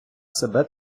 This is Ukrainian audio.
себе